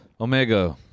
Omega